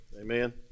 Amen